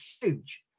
huge